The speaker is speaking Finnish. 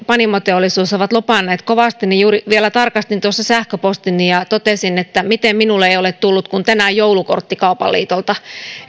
panimoteollisuus ovat lobanneet kovasti niin juuri vielä tarkastin tuossa sähköpostini ja totesin että miten minulle ei ole tullut kuin tänään joulukortti kaupan liitolta